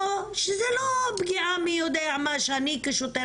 או שזו לא פגיעה מי יודע מה שאני כשוטר